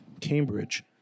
Cambridge